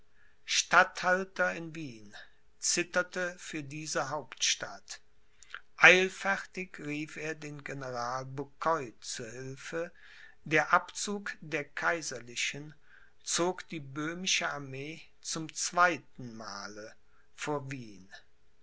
in wien zitterte für diese hauptstadt eilfertig rief er den general boucquoi zu hilfe der abzug der kaiserlichen zog die böhmische armee zum zweitenmal vor wien